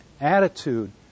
attitude